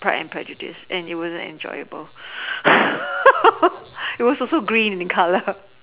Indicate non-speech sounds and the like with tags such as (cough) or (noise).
Pride and Prejudice and it wasn't enjoyable (laughs) it was also green in color